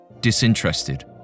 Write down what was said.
disinterested